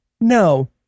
No